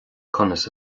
conas